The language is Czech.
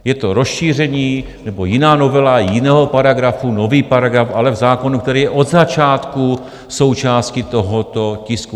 Je to rozšíření nebo jiná novela, jiného paragrafu, nový paragraf, ale zákon, který od začátku je součástí tohoto tisku.